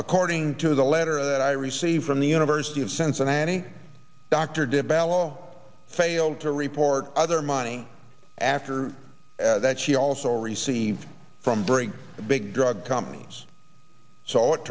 according to the letter that i received from the university of cincinnati dr did ballo fail to report other money after that she also received from during the big drug companies so it